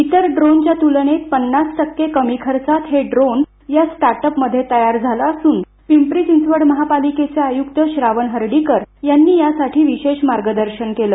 इतर ड्रोनच्या तुलनेत पन्नास टक्के कमी खर्चात हे ड्रोन या स्टार्टअप मध्ये तयार झाले असून पिंपरी चिंचवड महापालिकेचे आयुक्त श्रावण हर्डीकर यांनी यासाठी विशेष मार्गदर्शन केलं